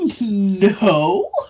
No